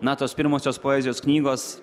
na tos pirmosios poezijos knygos